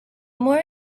more